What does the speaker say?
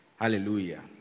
Hallelujah